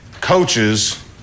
coaches